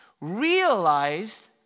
realized